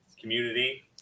Community